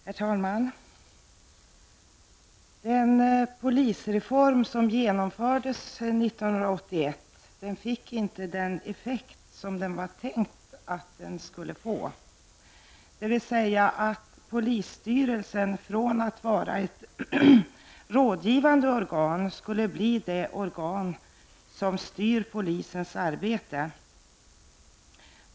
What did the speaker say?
Herr talman! Den polisreform som genomfördes 1981 fick inte den effekt som vi hade tänkt att den skulle få, dvs. att polisstyrelsen från att vara ett rådgivande organ skulle bli det organ som styr polisens arbete.